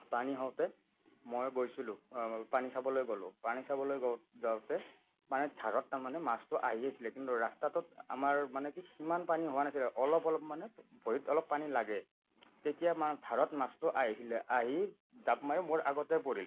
পানী হওঁতে মই গৈছিলোঁ পানী চাবলৈ গ'লোঁ পানী চাবলৈ যাওঁতে মানে ধাৰত তাৰমানে মাছটো আহি আছিলে কিন্তু ৰাস্তাটোত আমাৰ মানে কি সিমান পানী হোৱা নাছিলে অলপ অলপ মানে ভৰিত অলপ পানী লাগে তেতিয়া মা ধাৰত মাছটো আহিছিলে আহি জাঁপ মাৰি মোৰ আগতে পৰিল